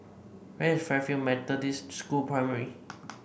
where is Fairfield Methodist School Primary